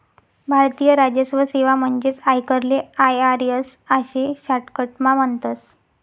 भारतीय राजस्व सेवा म्हणजेच आयकरले आय.आर.एस आशे शाटकटमा म्हणतस